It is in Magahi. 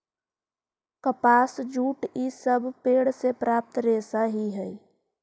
कपास, जूट इ सब पेड़ से प्राप्त रेशा ही हई